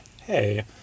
hey